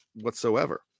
whatsoever